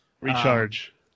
recharge